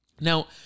now